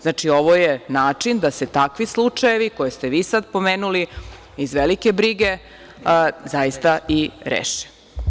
Znači, ovo je način da se takvi slučajevi, koje ste vi sada pomenuli iz velike brige, zaista i reše.